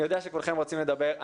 אני יודע שכולכם רוצים לדבר.